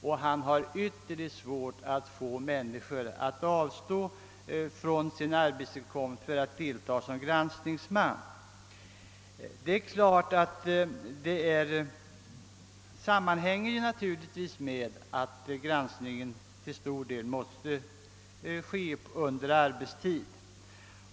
Han har emellertid ytterligt svårt att få någon att avstå från sin arbetsinkomst för att tjänstgöra som granskningsman, vilket givetvis sammanhänger med att granskningen nu huvudsakligen måste ske på arbetstid.